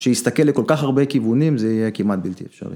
‫שיסתכל לכל כך הרבה כיוונים, ‫זה יהיה כמעט בלתי אפשרי.